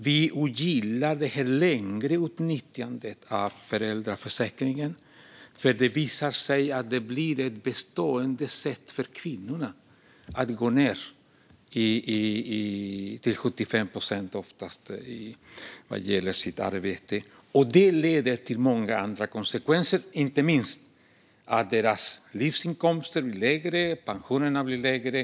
Vi ogillar det längre utnyttjandet av föräldraförsäkringen, för det visar sig att det blir ett bestående sätt för kvinnorna att gå ned till oftast 75 procent i arbetstid. Det leder till många andra konsekvenser, inte minst att deras livsinkomst och pension blir lägre.